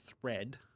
thread